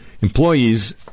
Employees